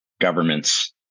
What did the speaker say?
governments